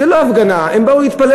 זו לא הפגנה, הם באו להתפלל.